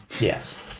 Yes